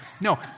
No